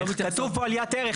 כתוב פה עליית ערך.